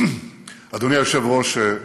אדוני היושב-ראש,